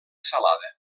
salada